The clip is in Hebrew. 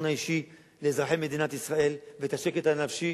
האישי לאזרחי מדינת ישראל ואת השקט הנפשי,